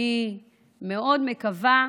אני מאוד מקווה,